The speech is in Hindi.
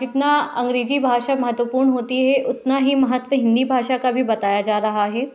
जितना अंग्रेज़ी भाषा महत्वपूर्ण होती है उतना महत्व हिंदी भाषा का भी बताया जा रहा है